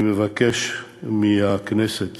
אני מבקש מהכנסת